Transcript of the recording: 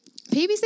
PBC